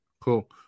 Cool